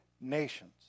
nations